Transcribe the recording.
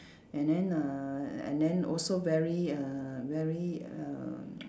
and then err and then also very err very err